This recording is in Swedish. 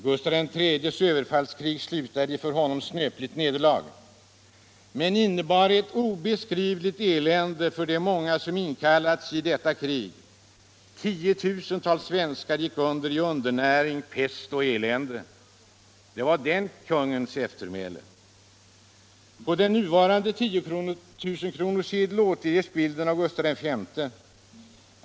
Gustav III:s överfallskrig slutade i för honom snöpligt nederlag men innebar ett obeskrivligt lidande för de många som inkallades i detta krig. 10 000-tals svenskar gick under i hunger, pest och elände. Det var den kungens eftermäle. På den nuvarande tusenkronorssedeln återges bilden av Gustaf V.